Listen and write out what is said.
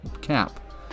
cap